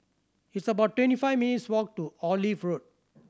it's about twenty five minutes' walk to Olive Road